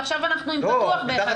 ועכשיו אנחנו עם פתוח ב-1.6%.